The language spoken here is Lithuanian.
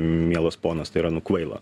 mielas ponas tai yra nu kvaila